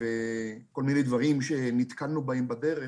אני חושב שאי אפשר להקל ראש בחשיבות של אמירה כזו של ממשלת ישראל.